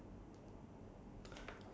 no but I need to buy cigarette